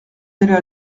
d’aller